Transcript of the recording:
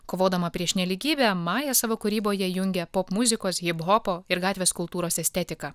kovodama prieš nelygybę maja savo kūryboje jungia popmuzikos hiphopo ir gatvės kultūros estetiką